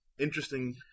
interesting